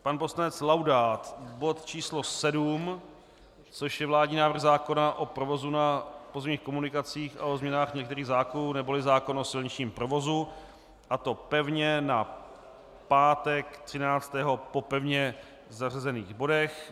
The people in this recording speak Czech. Pan poslanec Laudát, bod číslo 7, což je vládní návrh zákona o provozu na pozemních komunikacích a o změnách některých zákonů neboli zákon o silničním provozu, a to pevně na pátek 13. 6. po pevně zařazených bodech.